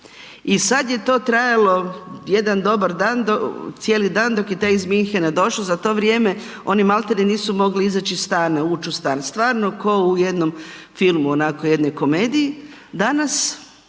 I sad je to trajalo jedan dobar dan, cijeli dan dok je taj iz Munchena došao. Za to vrijeme oni maltene nisu mogli izaći iz stana, ući u stan. Stvarno kao u jednom filmu, onako jednoj komediji.